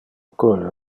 curre